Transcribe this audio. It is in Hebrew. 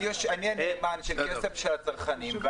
אני חושב שאני הנאמן של כסף של הצרכנים,